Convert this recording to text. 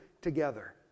together